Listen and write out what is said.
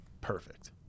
perfect